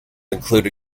include